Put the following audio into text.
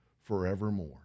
forevermore